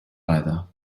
either